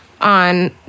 on